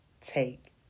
take